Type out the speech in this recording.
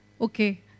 Okay